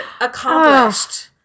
accomplished